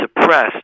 suppressed